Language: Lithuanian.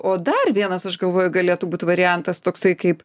o dar vienas aš galvoju galėtų būt variantas toksai kaip